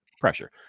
pressure